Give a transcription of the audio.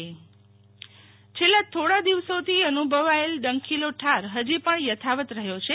શીતલ વૈશ્વવ હવામાન છેલ્લા થોડો દિવસોથી અનુ ભવાયેલા ડંખીલો ઠાર હજી પણ યથાવત રહ્યો છે